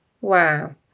wow